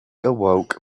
awoke